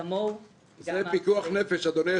וכמוהו גם לאחרים.